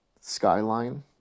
skyline